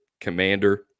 commander